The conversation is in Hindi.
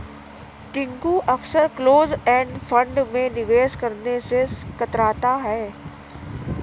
टिंकू अक्सर क्लोज एंड फंड में निवेश करने से कतराता है